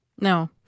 No